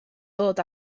dod